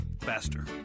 faster